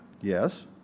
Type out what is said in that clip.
Yes